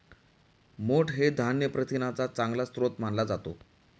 मोठ हे धान्य प्रथिनांचा चांगला स्रोत मानला जातो